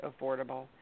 affordable